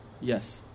Yes